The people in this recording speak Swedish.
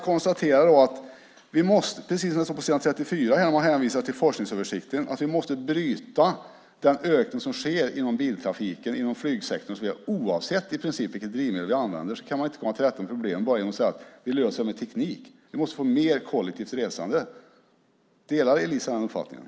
På s. 34 hänvisar man till forskningsöversikten. Vi måste bryta den ökning som sker inom biltrafiken, flygsektorn och så vidare. Oavsett vilket drivmedel vi använder kan man inte komma till rätta med problemet genom att bara säga att vi löser det med teknik. Vi måste få mer kollektivt resande. Delar Eliza den uppfattningen?